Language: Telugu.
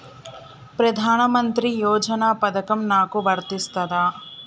ప్రధానమంత్రి యోజన పథకం నాకు వర్తిస్తదా?